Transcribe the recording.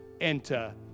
Enter